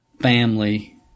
family